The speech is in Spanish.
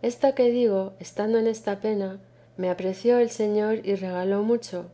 esta que d estando en esta pena me apareció el señor y mucho